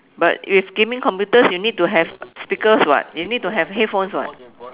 but with gaming computers you need to have speakers [what] you need to have headphones [what]